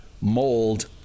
mold